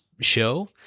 show